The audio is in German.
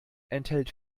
enthält